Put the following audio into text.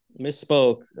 Misspoke